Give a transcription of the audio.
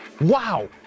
Wow